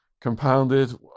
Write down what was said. compounded